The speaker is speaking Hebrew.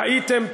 טעיתם,